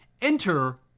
Enter